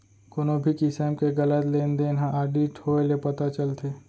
कोनो भी किसम के गलत लेन देन ह आडिट होए ले पता चलथे